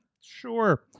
sure